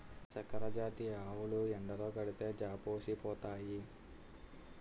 సంకరజాతి ఆవులు ఎండలో కడితే జాపోసిపోతాయి